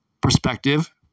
perspective